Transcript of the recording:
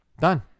Done